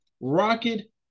Rocket